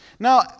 Now